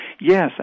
Yes